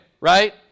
Right